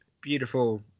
beautiful